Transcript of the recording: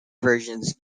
versions